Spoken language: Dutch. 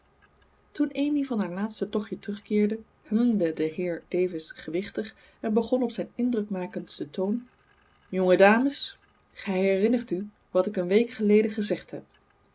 toen amy van haar laatste tochtje terugkeerde hm de de heer davis gewichtig en begon op zijn indrukmakendsten toon jonge dames gij herinnert u wat ik een week geleden gezegd heb